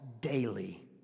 daily